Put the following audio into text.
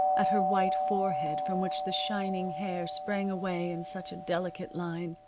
at her white forehead from which the shining hair sprang away in such a delicate line,